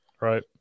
Right